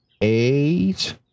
eight